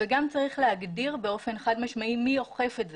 וגם צריך להגדיר באופן חד-משמעי מי אוכף את זה,